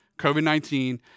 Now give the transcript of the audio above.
COVID-19